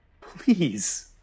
Please